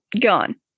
gone